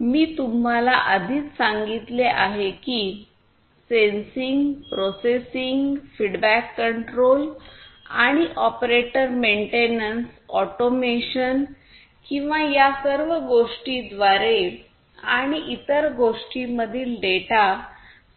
मी तुम्हाला आधीच सांगितले आहे की सेन्सिंग प्रोसेसिंग फीडबॅक कंट्रोल आणि ऑपरेटर मेन्टेनन्स ऑटोमेशन किंवा या सर्व गोष्टींद्वारे आणि इतर गोष्टींमधील डेटा